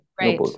right